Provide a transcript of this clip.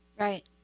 Right